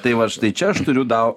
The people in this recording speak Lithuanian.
tai va štai čia aš turiu tau